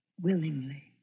willingly